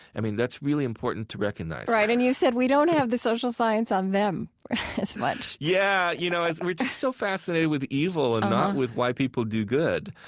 i mean, that's really important to recognize right. and you said we don't have the social science on them as much yeah. you know, we're just so fascinated with evil and not with why people do good.